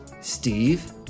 Steve